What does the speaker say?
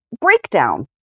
breakdown